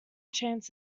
chance